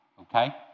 okay